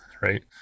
right